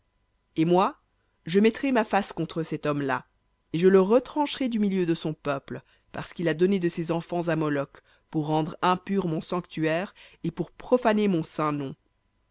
et moi je mettrai ma face contre cet homme-là et je le retrancherai du milieu de son peuple parce qu'il a donné de ses enfants à moloc pour rendre impur mon sanctuaire et pour profaner mon saint nom